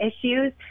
issues